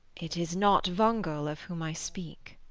it is not wangel of whom i speak.